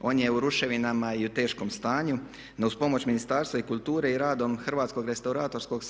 On je u ruševinama i u teškom stanju, no uz pomoć Ministarstva kulture i radom Hrvatskog restauratorskog